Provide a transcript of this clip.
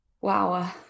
Wow